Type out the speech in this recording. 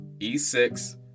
e6